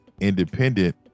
independent